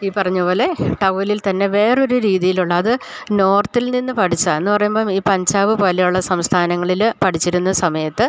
ഈ പറഞ്ഞ പോലെ ടൗവ്വലിൽ തന്നെ വേറൊരു രീതിയിൽ ഉള്ളത് നോർത്തിൽ നിന്ന് പഠിച്ചാൽ എന്ന് പറയുമ്പം ഈ പഞ്ചാബ് പോലുള്ള സംസ്ഥാനങ്ങളിൽ പഠിച്ചിരുന്ന സമയത്ത്